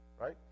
right